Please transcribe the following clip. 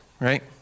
right